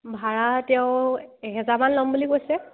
ভাড়া তেওঁ এহেজাৰমান ল'ম বুলি কৈছে